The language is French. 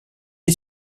est